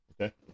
Okay